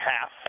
half